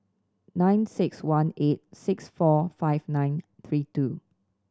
nine six one eight six four five nine three two